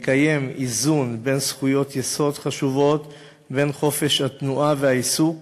מקיים איזון בין זכויות יסוד חשובות לבין חופש התנועה והעיסוק